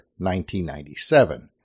1997